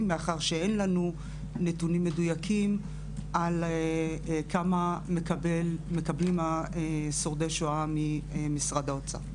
מאחר שאין לנו נתונים מדויקים על כמה מקבלים שורדי שואה משרד האוצר.